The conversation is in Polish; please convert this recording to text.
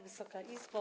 Wysoka Izbo!